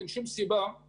אין שום סיבה שזה